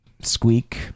Squeak